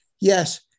yes